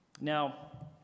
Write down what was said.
Now